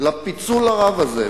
לפיצול הרב הזה?